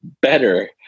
better